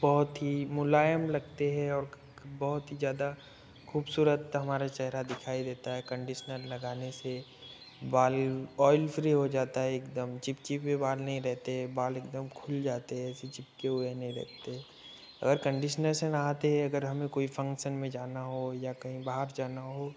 बहुत ही मुलायम लगते हैं और बहुत ही ज्यादा खूबसूरत हमारा चेहरा दिखाई देता है कंडीसनर लगाने से बाल ऑइल फ़्री हो जाता है एकदम चिपचिपे बाल नहीं रहते बाल एकदम खुल जाते हैं ऐसे चिपके हुए नहीं रहते अगर कंडीसनर से नहाते हैं अगर हमें कोई फंक्सन में जाना हो या कहीं बाहर जाना हो